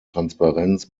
transparenz